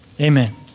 amen